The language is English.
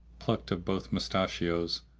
plucked of both mustachios,